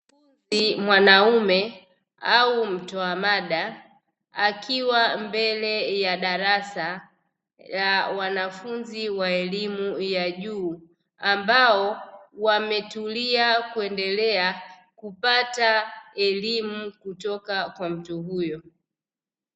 Mkufunzi mwanaume mtoa mada akiwa mbele ya darasa la wanafunzi wa elimu ya juu, ambao wametulia kuendelea kupata elimu kutoka kwa mtu huyo.